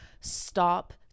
stop